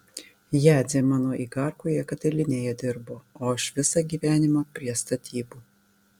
jadzė mano igarkoje katilinėje dirbo o aš visą gyvenimą prie statybų